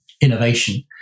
innovation